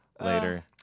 later